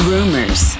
Rumors